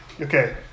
Okay